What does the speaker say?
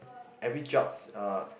every jobs uh